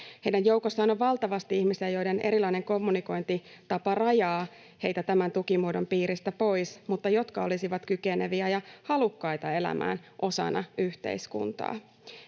Heidän joukossaan on valtavasti ihmisiä, joiden erilainen kommunikointitapa rajaa heitä tämän tukimuodon piiristä pois mutta jotka olisivat kykeneviä ja halukkaita elämään osana yhteiskuntaa.